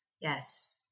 Yes